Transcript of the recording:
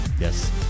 yes